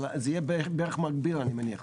אבל זה יהיה בערך מקביל אני מניח,